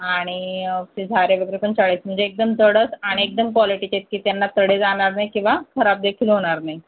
आणि ते झारे वगैरे पण चाळीस म्हणजे एकदम दडस आणि एकदम कॉलीटीचे आहेत की त्यांना तडे जाणार नाहीत किंवा खराब देखील होणार नाही